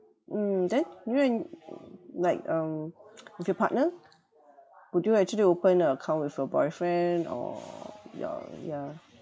mm then you and like um with your partner would you actually open a account with your boyfriend or your yeah